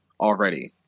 already